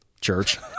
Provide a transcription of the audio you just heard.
Church